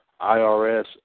IRS